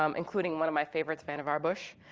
um including one of my favorites, vannevar bush,